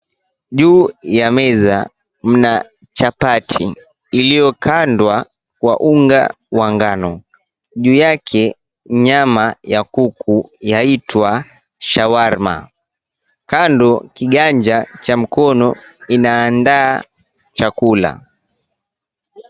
Juu ya meza, mna chapati, piliyokandwa kwa unga wa ngano. Juu yake, nyama ya kuku yaitwa shawarma. Kando kiganja cha mkono inaandaa chakula.